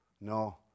no